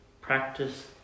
Practice